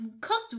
cooked